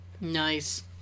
nice